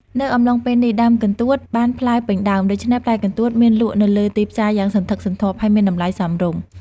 នៅអំឡុងពេលនេះ ដើមកន្ទួតបានផ្លែពេញដើម ដូច្នេះផ្លែកន្ទួតមានលក់នៅលើទីផ្សារយ៉ាងសន្ធឹកសន្ធាប់ ហើយមានតម្លៃសមរម្យ។